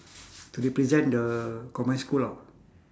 to represent the combined school ah